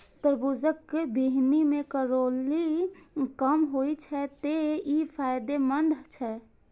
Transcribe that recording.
तरबूजक बीहनि मे कैलोरी कम होइ छै, तें ई फायदेमंद छै